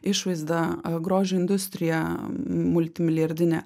išvaizda grožio industrija multimilijardinė